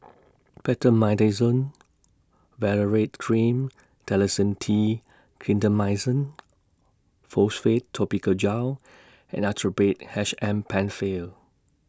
Betamethasone Valerate Cream Dalacin T Clindamycin Phosphate Topical Gel and Actrapid H M PenFill